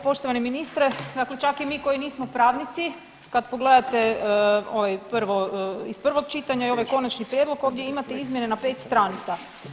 Poštovani ministre, dakle čak i mi koji nismo pravnici kad pogledate ovaj prvo iz prvog čitanja i ovaj konačni prijedlog ovdje imati izmjene na pet stranica.